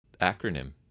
acronym